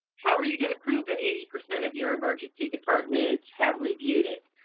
how are you gonna prove that eighty percent of your emergency department have reviewed it?